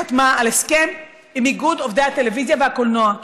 חתמה על הסכם עם איגוד עובדי הטלוויזיה והקולנוע.